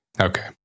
Okay